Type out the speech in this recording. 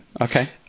Okay